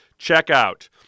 checkout